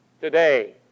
today